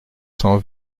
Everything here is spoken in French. cent